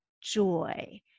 joy